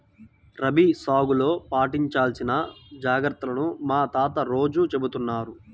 రబీ సాగులో పాటించాల్సిన జాగర్తలను మా తాత రోజూ చెబుతున్నారు